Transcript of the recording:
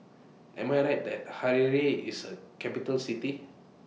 Am I Right that Harare IS A Capital City